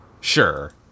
Sure